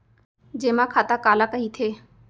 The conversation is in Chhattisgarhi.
जेमा खाता काला कहिथे?